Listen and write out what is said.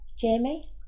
Jamie